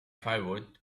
firewood